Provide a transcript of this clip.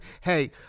hey